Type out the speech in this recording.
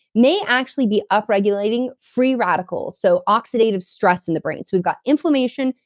may actually be upregulating free radicals, so oxidative stress in the brain so we've got inflammation,